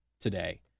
today